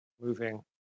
moving